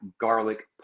garlic